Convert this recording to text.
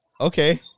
Okay